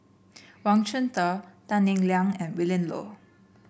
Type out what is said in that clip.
Wang Chunde Tan Eng Liang and Willin Low